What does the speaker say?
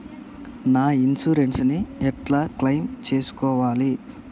నా ఇన్సూరెన్స్ ని ఎట్ల క్లెయిమ్ చేస్కోవాలి?